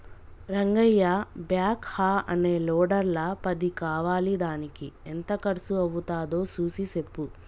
Rangayya backhoe అనే లోడర్ల పది కావాలిదానికి ఎంత కర్సు అవ్వుతాదో సూసి సెప్పు